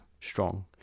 strong